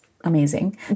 amazing